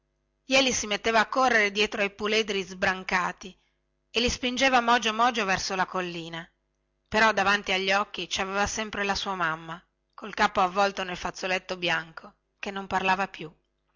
jeli si metteva a correre dietro i puledri sbrancati e li spingeva mogio mogio verso la collina però davanti agli occhi ci aveva sempre la sua mamma col capo avvolto nel fazzoletto bianco che non parlava più